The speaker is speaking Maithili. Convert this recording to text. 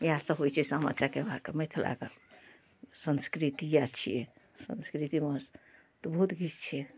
इएहसब होइ छै सामा चकेबाके मिथिलाके हमर संस्कृति इएह छिए संस्कृतिमे तऽ बहुत किछु छै